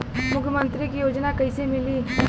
मुख्यमंत्री के योजना कइसे मिली?